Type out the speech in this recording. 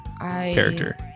character